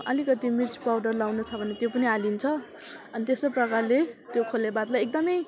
अलिकति मिर्च पाउडर लाउनु छ भने त्यो पनि हालिन्छ अनि त्यस्तो प्रकारले त्यो खोले भातलाई एकदमै